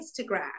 Instagram